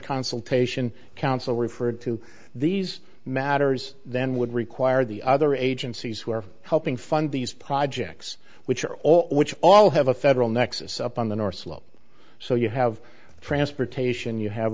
consultation council referred to these matters then would require the other agencies who are helping fund these projects which are all of which all have a federal nexus up on the north slope so you have transportation you have